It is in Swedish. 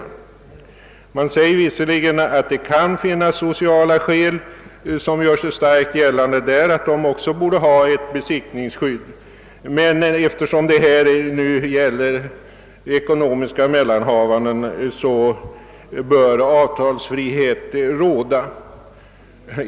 Man säger visserligen att det kan finnas sociala skäl för att också de senare borde ha ett besittningsskydd, men tillägger att eftersom det här gäller ekonomiska mellanhavanden bör avtalsfrihet råda.